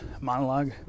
monologue